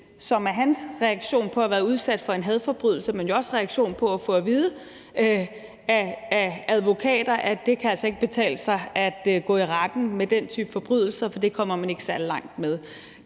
som er hans reaktion på at have været udsat for en hadforbrydelse, men jo også hans reaktion på at få at vide af advokater, at det altså ikke kan betale sig at gå i retten med den type forbrydelser, for det kommer man ikke særlig langt med.